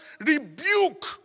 Rebuke